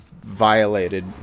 violated